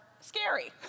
scary